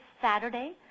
Saturday